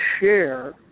share